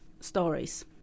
Stories